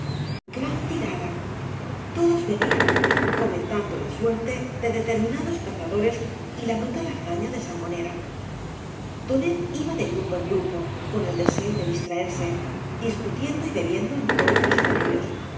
gran tiradal todos bebían comentando la suerte de determinados cazadores y la brutal hazaña de sangonera tonet iba de grupo en grupo con el deseo de distraerse discutiendo y bebiendo en todos los corrillos